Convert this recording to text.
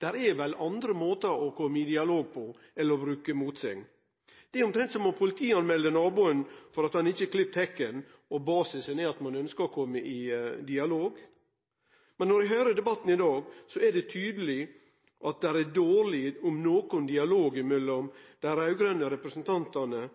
Det er vel andre måtar å komme i dialog på enn å bruke motsegn. Det er omtrent som å melde naboen til politiet for at han ikkje har klipt hekken og basisen er at ein ønskjer å komme i dialog. Når eg høyrer debatten i dag, er det tydeleg at det er dårleg – om nokon – dialog mellom dei raud-grøne representantane